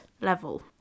level